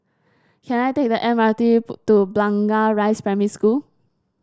can I take the M R T to Blangah Rise Primary School